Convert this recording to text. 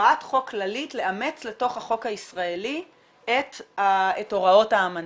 הוראת חוק כללית לאמץ לתוך החוק הישראלי את הוראות האמנה.